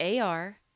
AR